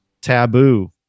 taboo